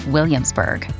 Williamsburg